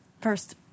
first